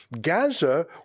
Gaza